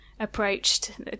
Approached